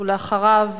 ואחריו,